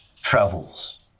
travels